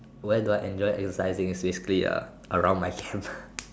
where do I enjoy exercising is basically around my camp